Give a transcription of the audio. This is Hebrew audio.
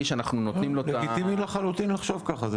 לגיטימי לחלוטין לחשוב ככה.